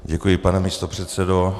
Děkuji, pane místopředsedo.